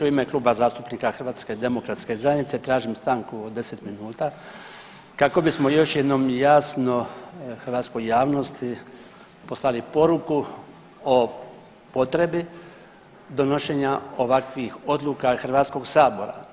U ime Kluba zastupnika HDZ-a tražim stanku od 10 minuta kako bismo još jednom jasno hrvatskoj javnosti poslali poruku o potrebi donošenja ovakvih odluka Hrvatskog sabora.